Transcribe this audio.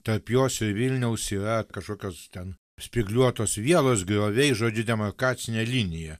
tarp jos ir vilniaus yra kažkokios ten spygliuotos vielos grioviai žodžiu demarkacinė linija